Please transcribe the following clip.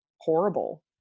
Horrible